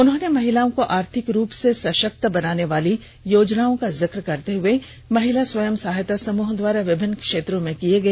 उन्होंने महिलाओं को आर्थिक रूप से सशक्त बनाने वाली योजनाओं का जिक करते हुए महिला स्वयंसहायता समूह द्वारा विभिन्न क्षेत्रों में किए गए कार्यों की सराहना की